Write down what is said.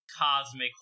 cosmic